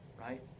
right